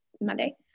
Monday